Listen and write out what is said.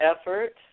effort